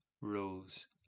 rose